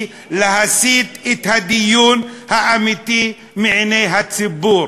להסיט את הדיון האמיתי מעיני הציבור,